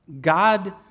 God